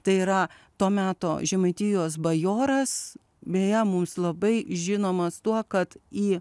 tai yra to meto žemaitijos bajoras beje mums labai žinomas tuo kad į